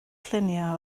lluniau